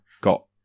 got